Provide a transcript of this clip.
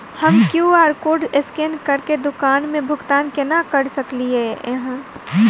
हम QR code scan करके दुकान मे भुगतान केना करऽ सकलिये एहन?